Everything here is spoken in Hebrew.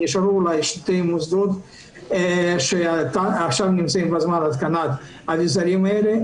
נשארו אולי שני מוסדות שנמצאים עכשיו בהתקנת האביזרים האלה,